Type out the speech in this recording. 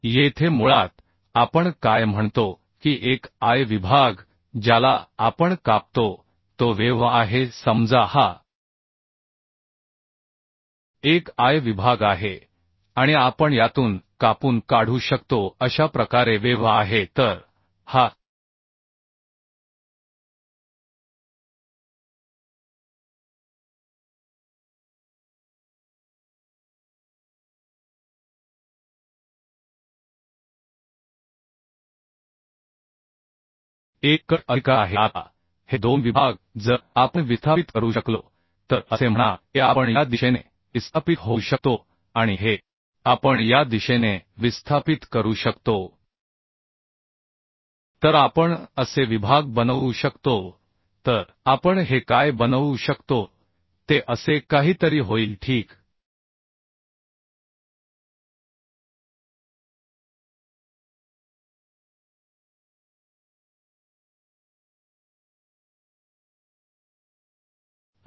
येथे मुळात आपण काय म्हणतो की एक I विभाग ज्याला आपण कापतो तो वेव्ह आहे समजा हा एक I विभाग आहे आणि आपण यातून कापून काढू शकतो अशा प्रकारे वेव्ह आहे तर हा एक कट अधिकार आहे आता हे दोन विभाग जर आपण विस्थापित करू शकलो तर असे म्हणा की आपण या दिशेने विस्थापित होऊ शकतो आणि हे आपण या दिशेने विस्थापित करू शकतो तर आपण असे विभाग बनवू शकतो तर आपण हे काय बनवू शकतो ते असे काहीतरी होईल ठीक आहे